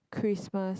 Christmas